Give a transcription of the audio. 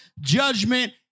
judgment